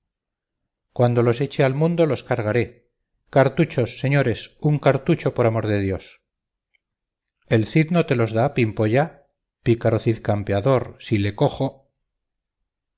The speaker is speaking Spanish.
cuando los eche al mundo los cargaré cartuchos señores un cartucho por amor de dios el cid no te los da pimpolla pícaro cid campeador si le cojo